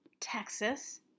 Texas